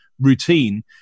routine